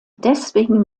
deswegen